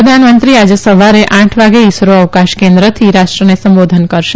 પ્રધાનમંત્રી આજે સવારે આઠ વાગ્યે ઈસરો અવકાશ કેન્દ્રથી રાષ્ટ્રને સંબોધન કરશે